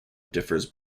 differs